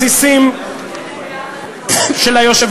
אדוני היושב-ראש: שריו המתסיסים והמסיתים של היושב-ראש,